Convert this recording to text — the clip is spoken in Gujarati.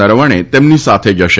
નરવણે તેમની સાથે જશે